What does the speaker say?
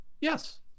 Yes